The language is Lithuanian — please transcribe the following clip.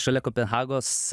šalia kopenhagos